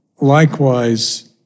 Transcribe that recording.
Likewise